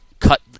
Cut